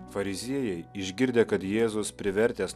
fariziejai išgirdę kad jėzus privertęs